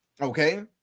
Okay